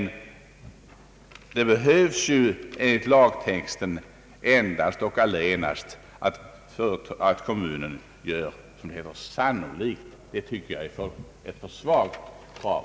Enligt lagtexten som den nu är utformad behövs emellertid endast och allenast att kommunen gör sannolikt att den kommer att sköta trafiken. Det anser jag vara ett alltför svagt krav.